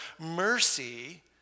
mercy